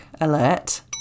alert